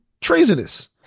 treasonous